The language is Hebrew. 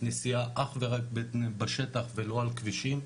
נסיעה אך ורק בשטח ולא על הכבישים,